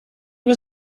was